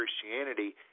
Christianity